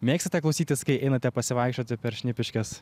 mėgstate klausytis kai einate pasivaikščioti per šnipiškes